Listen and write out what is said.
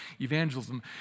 evangelism